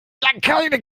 keine